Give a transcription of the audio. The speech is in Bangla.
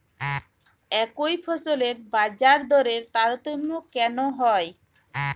একই ফসলের বাজারদরে তারতম্য কেন হয়?